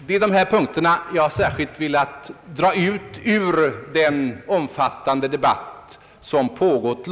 Det är, herr talman, dessa punkter som jag särskilt velat dra ut ur den omfattande debatt som pågått.